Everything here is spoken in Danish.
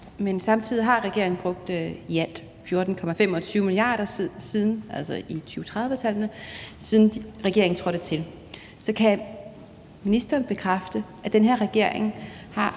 men samtidig har regeringen brugt i alt 14,25 mia. kr., altså i 2030-tallene, siden regeringen trådte til. Så kan ministeren bekræfte, at den her regering har